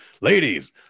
ladies